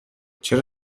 چرا